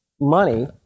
money